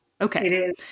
Okay